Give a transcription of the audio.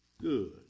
good